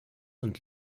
und